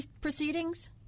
proceedings